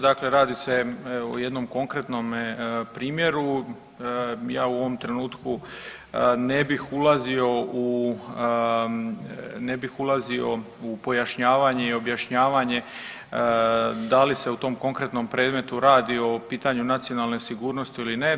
Dakle radi se evo o jednom konkretnome primjeru, ja u ovom trenutku ne bih ulazio u, ne bih ulazio u pojašnjavanje i objašnjavanje da li se u tom konkretnom predmetu radi o pitanju nacionalne sigurnosti ili ne.